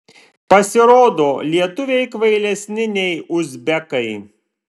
pasirodo lietuviai kvailesni nei uzbekai